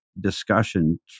discussion